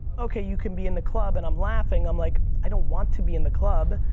okay you can be in the club? and i'm laughing i'm like, i don't want to be in the club.